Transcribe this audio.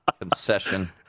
Concession